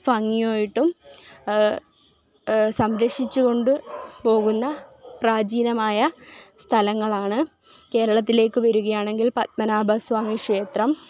ഭംഗിയായിട്ടും സംരക്ഷിച്ച് കൊണ്ടുപോകുന്ന പ്രാചീനമായ സ്ഥലങ്ങളാണ് കേരളത്തിലേക്ക് വരുകയാണെങ്കിൽ പത്മനാഭ സ്വാമി ക്ഷേത്രം